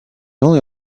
only